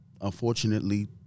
unfortunately